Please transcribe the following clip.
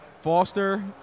Foster